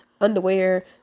underwear